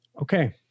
okay